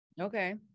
Okay